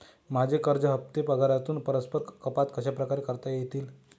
माझे कर्ज हफ्ते पगारातून परस्पर कपात कशाप्रकारे करता येतील?